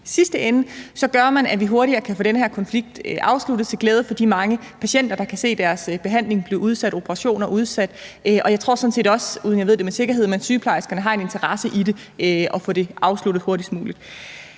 sidste ende, gør SF, at vi hurtigere kan få den her konflikt afsluttet til glæde for de mange patienter, der kan se deres behandlinger og operationer blive udsat, og jeg tror sådan set også, uden at jeg ved det med sikkerhed, at sygeplejerskerne har en interesse i at få det afsluttet hurtigst muligt.